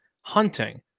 Hunting